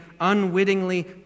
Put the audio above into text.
unwittingly